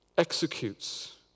executes